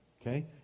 Okay